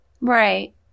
right